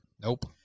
Nope